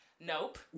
Nope